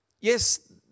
Yes